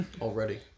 Already